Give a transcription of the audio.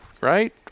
right